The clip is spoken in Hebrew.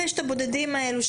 ויש את הבודדים האלו,